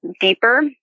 deeper